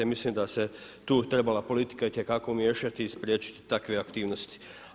Mislim da se tu trebala politika itekako umiješati i spriječiti takve aktivnosti.